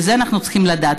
ואת זה אנחנו צריכים לדעת.